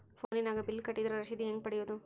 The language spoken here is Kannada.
ಫೋನಿನಾಗ ಬಿಲ್ ಕಟ್ಟದ್ರ ರಶೇದಿ ಹೆಂಗ್ ಪಡೆಯೋದು?